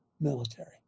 military